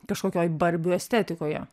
kažkokioj barbių estetikoje